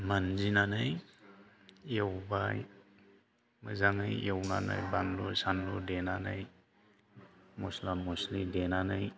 मान्जिनानै एवबाय मोजाङै एवनानै बानलु सानलु देनानै मस्ला मस्लि देनानै